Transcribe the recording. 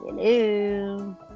Hello